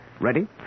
Ready